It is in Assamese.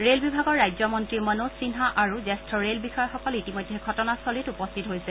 ৰে'ল বিভাগৰ ৰাজ্য মন্ত্ৰী মনোজ সিন্হা আৰু জ্যেষ্ঠ ৰে'ল বিষয়াসকল ইতিমধ্যে ঘটনাস্থলীত উপস্থিত হৈছে